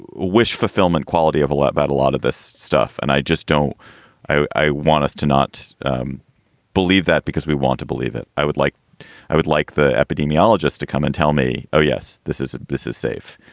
wish fulfillment quality of a lot about a lot of this stuff. and i just don't i i want us to not um believe that because we want to believe it. i would like i would like the epidemiologists to come and tell me, oh, yes, this is this is safe.